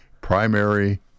primary